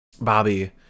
Bobby